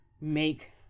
make